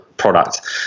product